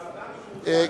השר איתן,